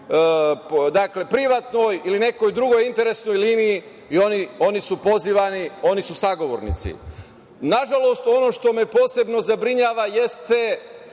privatnoj ili nekoj drugoj interesnoj liniji i oni su pozivani, oni su sagovornici. Nažalost, ono što me posebno zabrinjava jeste